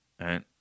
right